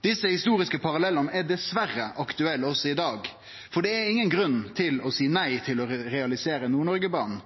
Desse historiske parallellane er dessverre aktuelle også i dag, for det er ingen grunn til å seie nei til å realisere Nord-Noreg-banen.